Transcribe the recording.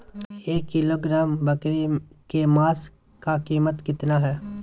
एक किलोग्राम बकरी के मांस का कीमत कितना है?